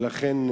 לכן,